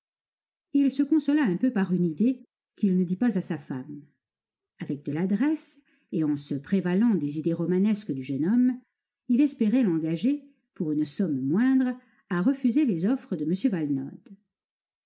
il se consola un peu par une idée qu'il ne dit pas à sa femme avec de l'adresse et en se prévalant des idées romanesques du jeune homme il espérait l'engager pour une somme moindre à refuser les offres de m valenod